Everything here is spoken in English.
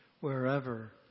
wherever